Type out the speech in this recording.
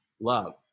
love